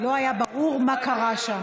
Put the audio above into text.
לא היה ברור מה קרה שם.